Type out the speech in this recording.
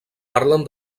parlen